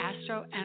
Astro